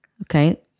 Okay